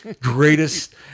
Greatest